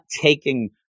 taking